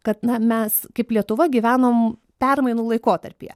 kad na mes kaip lietuva gyvenam permainų laikotarpyje